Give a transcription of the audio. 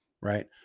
right